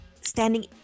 standing